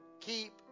keep